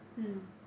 mm